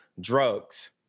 drugs